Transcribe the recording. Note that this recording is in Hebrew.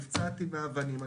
נפצעתי באבנים.